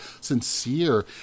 sincere